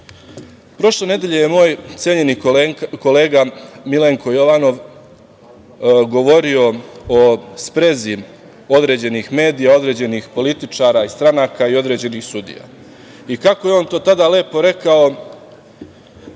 nedelje je moj cenjeni kolega Milenko Jovanov govorio o sprezi određenih medija, određenih političara i stranaka i određenih sudija. I kako je on to tada lepo rekao,